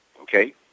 okay